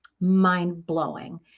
mind-blowing